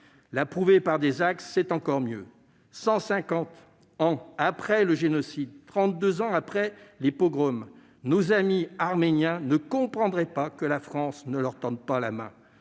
la prouver par des actes, c'est encore mieux ! Cent cinq ans après le génocide, trente-deux ans après les pogroms, nos amis arméniens ne comprendraient pas que la France ne leur tende pas la main